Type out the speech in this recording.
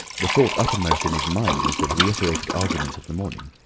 the thought uppermost in his mind was the reiterated arguments of the morning.